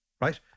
Right